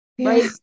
right